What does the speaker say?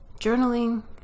journaling